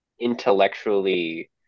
intellectually